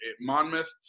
Monmouth